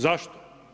Zašto?